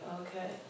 Okay